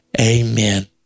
amen